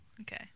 Okay